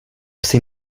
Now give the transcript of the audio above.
psy